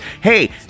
hey